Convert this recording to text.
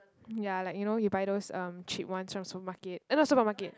ya like you know you buy those um cheap ones from supermarket oh not supermarket